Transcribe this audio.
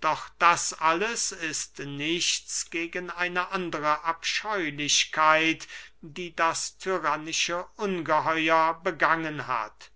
doch das alles ist nichts gegen eine andere abscheulichkeit die das tyrannische ungeheuer begangen hat